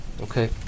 Okay